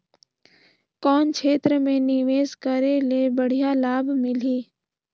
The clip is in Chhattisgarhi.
कौन क्षेत्र मे निवेश करे ले बढ़िया लाभ मिलही?